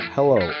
Hello